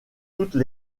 toutes